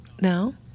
No